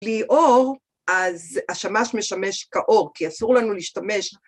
בלי אור, אז השמש משמש כאור, כי אסור לנו להשתמש.